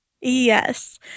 Yes